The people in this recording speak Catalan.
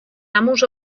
amos